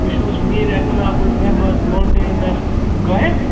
تُہۍ چھُو حظ میٖر اخلاق الرحمان ماوٹینَر گایِڈ